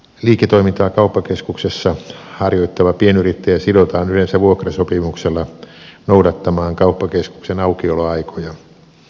liiketoimintaa kauppakeskuksessa harjoittava pienyrittäjä sidotaan yleensä vuokrasopimuksella noudattamaan kauppakeskuksen aukioloaikoja